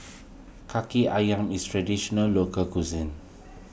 Kaki Ayam is Traditional Local Cuisine